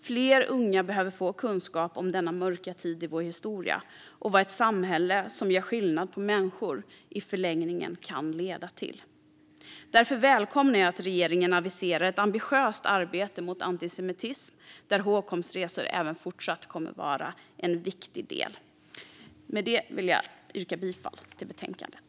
Fler unga behöver få kunskap om denna mörka tid i vår historia och om vad ett samhälle som gör skillnad på människor i förlängningen kan leda till. Därför välkomnar jag att regeringen aviserar ett ambitiöst arbete mot antisemitism, där hågkomstresor även i fortsättningen kommer att vara en viktig del. Med det vill jag yrka bifall till förslaget i betänkandet.